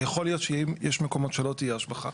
ויכול להיות שיש מקומות שלא תהיה השבחה.